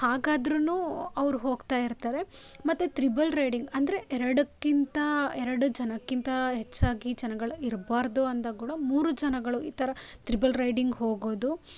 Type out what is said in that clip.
ಹಾಗಾದ್ರೂ ಅವ್ರು ಹೋಗ್ತಾ ಇರ್ತಾರೆ ಮತ್ತು ತ್ರಿಬಲ್ ರೈಡಿಂಗ್ ಅಂದರೆ ಎರಡಕ್ಕಿಂತ ಎರಡು ಜನಕ್ಕಿಂತ ಹೆಚ್ಚಾಗಿ ಜನಗಳು ಇರಬಾರ್ದು ಅಂತ ಕೂಡ ಮೂರು ಜನಗಳು ಈ ಥರ ತ್ರಿಬಲ್ ರೈಡಿಂಗ್ ಹೋಗೋದು